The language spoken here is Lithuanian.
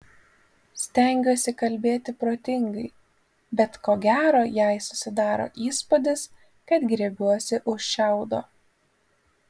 stengiuosi kalbėti protingai bet ko gero jai susidaro įspūdis kad griebiuosi už šiaudo